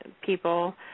people